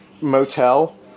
motel